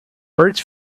birds